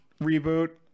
reboot